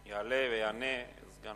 יעלה ויענה סגן